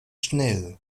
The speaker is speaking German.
schnell